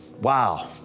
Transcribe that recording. Wow